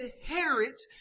inherit